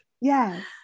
Yes